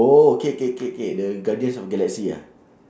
oh okay K K K the guardians of galaxy ah